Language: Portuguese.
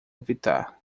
evitar